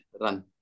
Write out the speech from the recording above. run